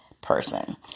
person